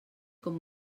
com